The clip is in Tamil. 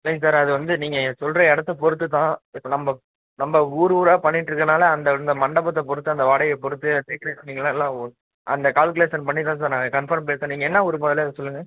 இல்லைங்க சார் அது வந்து நீங்கள் சொல்கிற இடத்த பொறுத்து தான் இப்போ நம்ம நம்ம ஊர் ஊராக பண்ணிட்டுருக்கனால அந்த இந்த மண்டபத்தை பொறுத்து அந்த வாடகையை பொறுத்து டெக்ரேஷனிங்கெல்லாம் எல்லாம் ஓ அந்த கால்குலேஷன் பண்ணி தான் சார் நான் கன்ஃபர்மேஷன் நீங்கள் என்ன ஊர் முதல்ல அதை சொல்லுங்கள்